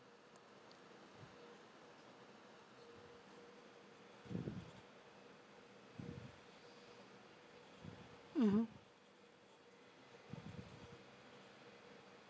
mmhmm